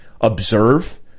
observe